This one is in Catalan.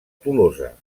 tolosa